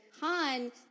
Han